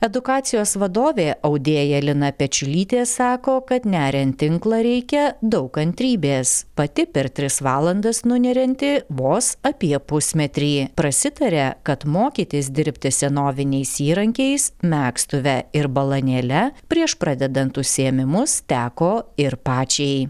edukacijos vadovė audėja lina pečiulytė sako kad neriant tinklą reikia daug kantrybės pati per tris valandas nunerianti vos apie pusmetrį prasitaria kad mokytis dirbti senoviniais įrankiais megstuve ir balanėle prieš pradedant užsiėmimus teko ir pačiai